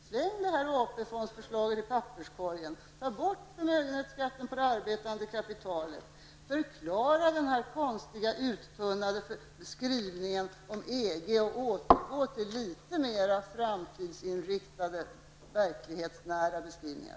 Släng AP-fondsförslaget i papperskorgen, ta bort förmögenhetsskatten på det arbetande kapitalet och förklara den konstiga och uttunnade skrivningen om EG! Återgå till litet mer framtidsinriktade och verklighetsnära beskrivningar!